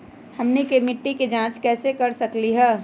हमनी के मिट्टी के जाँच कैसे कर सकीले है?